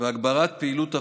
ולהגברת פעילויות הפגה,